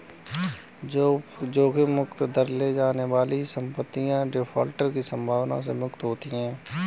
जोखिम मुक्त दर ले जाने वाली संपत्तियाँ डिफ़ॉल्ट की संभावना से मुक्त होती हैं